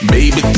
Baby